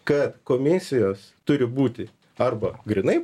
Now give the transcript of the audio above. kad komisijos turi būti arba grynai